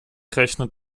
rechnet